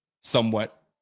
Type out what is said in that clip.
somewhat